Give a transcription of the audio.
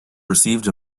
received